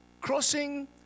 crossing